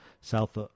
South